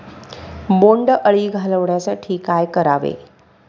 बोंडअळी घालवण्यासाठी काय करावे?